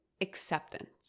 acceptance